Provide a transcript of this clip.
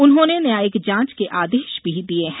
उन्होंने न्यायिक जांच के आदेश भी दिये हैं